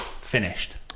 finished